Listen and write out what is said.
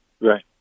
Right